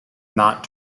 not